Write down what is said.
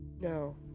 No